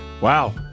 Wow